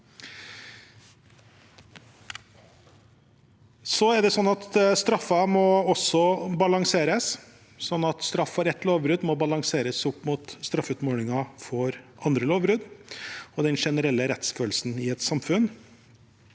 Straff for ett lovbrudd må balanseres opp mot straffeutmålingen for andre lovbrudd og den generelle rettsfølelsen i et samfunn.